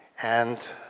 and